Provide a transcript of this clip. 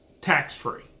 tax-free